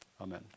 Amen